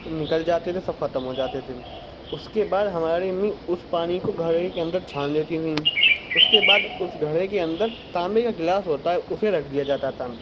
نکل جاتے تھے سب ختم ہو جاتے تھے اس کے بعد ہماری امی اس پانی کو گھڑے کے اندر چھان لیتی تھیں اس کے بعد اس گھڑے کے اندر تانبے کا گلاس ہوتا ہے اسے رکھ دیا جاتا تھا